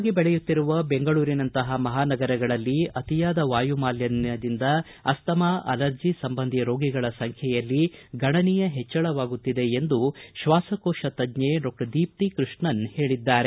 ವೇಗವಾಗಿ ಬೆಳೆಯುತ್ತಿರುವ ಬೆಂಗಳೂರಿನಂತಹ ಮಹಾನಗರಗಳಲ್ಲಿ ಅತಿಯಾದ ವಾಯುಮಾಲಿನ್ಯದಿಂದ ಅಸ್ತಮಾ ಅಲರ್ಜೆ ಸಂಬಂಧಿ ರೋಗಿಗಳ ಸಂಖ್ಯೆಯಲ್ಲಿ ಗಣನೀಯ ಹೆಚ್ಚಳವಾಗುತ್ತಿದೆ ಎಂದು ಶ್ವಾಸಕೋಶ ತಜ್ಜೆ ದೀಪ್ತಿ ಕೃಷ್ಣನ್ ಹೇಳಿದ್ದಾರೆ